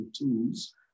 tools